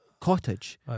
Cottage